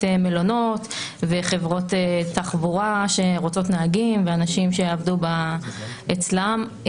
מלונות וחברות תחבורה שרוצות נהגים ואנשים שיעבדו אצלם.